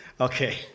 Okay